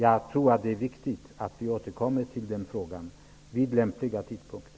Jag tror att det är viktigt att vi återkommer till frågan vid lämpliga tidpunkter.